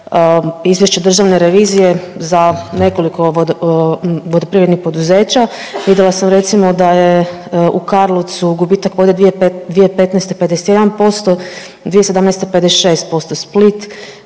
izvješće državne revizije za nekoliko .../nerazumljivo/... vodoprivrednih poduzeća. Vidjela sam, recimo, da je u Karlovcu gubitak vode 2015. 51%, 2017. 56%, Split,